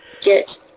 get